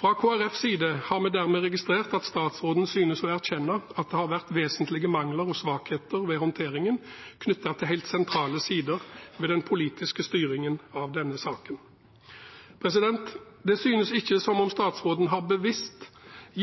Fra Kristelig Folkepartis side har vi dermed registrert at statsråden synes å erkjenne at det har vært vesentlige mangler og svakheter ved håndteringen knyttet til helt sentrale sider ved den politiske styringen av denne saken. Det synes ikke som om statsråden bevisst har